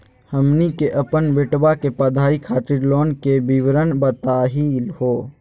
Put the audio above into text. हमनी के अपन बेटवा के पढाई खातीर लोन के विवरण बताही हो?